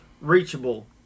reachable